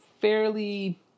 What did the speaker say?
fairly